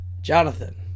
Jonathan